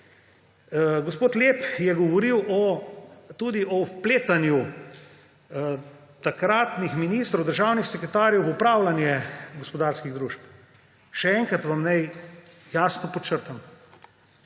Gospod Lep je govoril o vpletanju takratnih ministrov, državnih sekretarjev v upravljanje gospodarskih družb. Še enkrat vam naj jasno podčrtam: